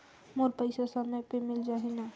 मोर पइसा समय पे मिल जाही न?